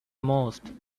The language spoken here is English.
mused